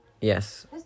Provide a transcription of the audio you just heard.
Yes